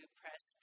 press